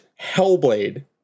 Hellblade